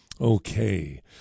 Okay